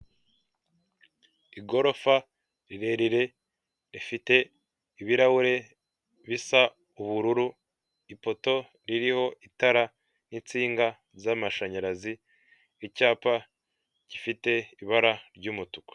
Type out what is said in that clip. Igorofa rirerire rifite ibirahure bisa ubururu, ipoto ririho itara n'insinga z'amashanyarazi, icyapa gifite ibara ry'umutuku.